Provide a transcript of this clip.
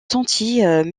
sentiers